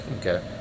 Okay